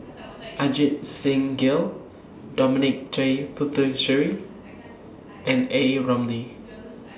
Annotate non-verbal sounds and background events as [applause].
[noise] Ajit Singh Gill Dominic J Puthucheary and A Ramli [noise]